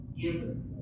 given